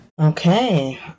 Okay